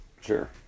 Sure